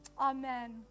Amen